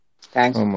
Thanks